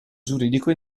giuridico